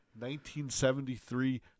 1973